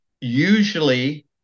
Usually